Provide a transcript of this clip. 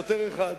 שוטר אחד,